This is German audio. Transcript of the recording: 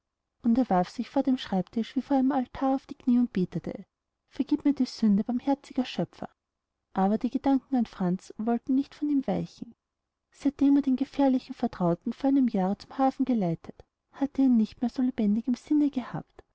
und er warf sich vor dem schreibtisch wie vor einem altar auf die kniee und betete vergieb mir die sünde barmherziger schöpfer aber die gedanken an franz wollten nicht von ihm weichen seitdem er den gefährlichen vertrauten vor einem jahre zum hafen geleitet hatte er ihn nicht mehr so lebendig im sinne gehabt